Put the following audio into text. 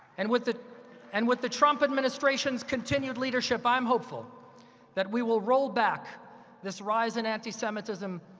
and with the and with the trump administration's continued leadership, i'm hopeful that we will roll back this rise in anti-semitism,